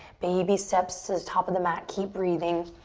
baby steps to the top of the mat, keep breathing.